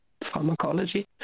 pharmacology